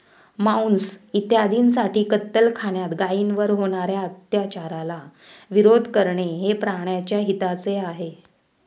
मांस इत्यादींसाठी कत्तलखान्यात गायींवर होणार्या अत्याचाराला विरोध करणे हे प्राण्याच्या हिताचे आहे